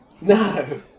No